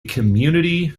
community